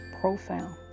profound